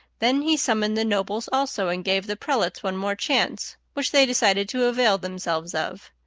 then he summoned the nobles also, and gave the prelates one more chance, which they decided to avail themselves of.